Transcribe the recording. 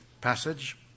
passage